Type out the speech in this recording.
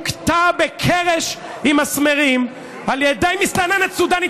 שהוכתה בקרש עם מסמרים על ידי מסתננת סודנית.